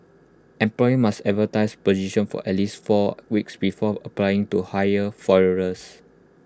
employers must advertise positions for at least four weeks before applying to hire foreigners